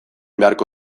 beharko